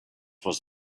was